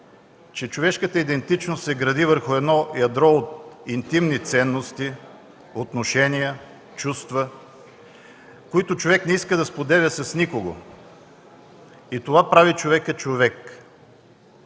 че човешката идентичност се гради върху ядро от интимни ценности, отношения, чувства, които човек не иска да споделя с никого. И това прави човека човек.